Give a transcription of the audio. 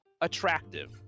Attractive